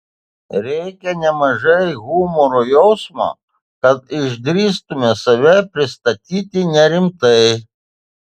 reikia nemažai humoro jausmo kad išdrįstumėme save pristatyti nerimtai